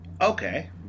Okay